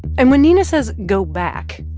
and when nina says go back,